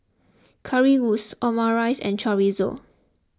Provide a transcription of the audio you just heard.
Currywurst Omurice and Chorizo